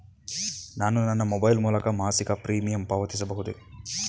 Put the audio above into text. ನಾನು ನನ್ನ ಮೊಬೈಲ್ ಮೂಲಕ ಮಾಸಿಕ ಪ್ರೀಮಿಯಂ ಪಾವತಿಸಬಹುದೇ?